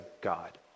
God